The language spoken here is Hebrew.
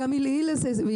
מקרים.